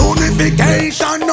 Unification